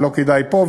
ולא כדאי פה,